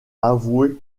avoué